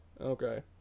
Okay